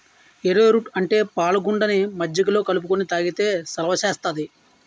ఏరో route అంటే పాలగుండని మజ్జిగలో కలుపుకొని తాగితే సలవ సేత్తాది